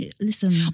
Listen